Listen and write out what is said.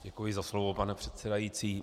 Děkuji za slovo, pane předsedající.